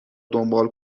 دنبال